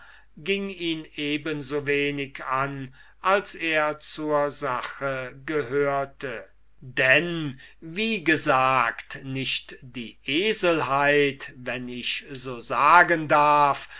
ging ihn eben so wenig an als er zur sache gehörte denn wie gesagt nicht die asinität oder eselheit wenn ich so sagen darf